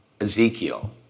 ezekiel